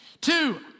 Two